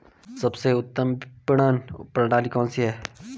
सबसे उत्तम विपणन प्रणाली कौन सी है?